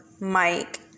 Mike